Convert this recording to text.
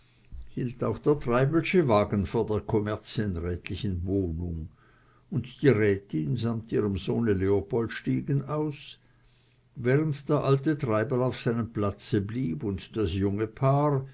hielt auch der treibelsche wagen vor der kommerzienrätlichen wohnung und die rätin samt ihrem sohne leopold stiegen aus während der alte treibel auf seinem platze blieb und das junge paar